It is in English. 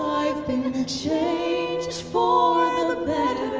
i've been changed for